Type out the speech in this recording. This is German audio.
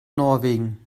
norwegen